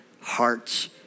hearts